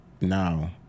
now